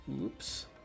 Oops